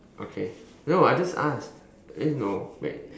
okay no I just asked eh no wait